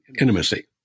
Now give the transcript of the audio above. intimacy